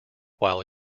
while